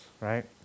right